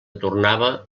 tornava